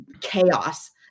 chaos